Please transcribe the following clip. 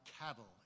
cattle